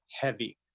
heavy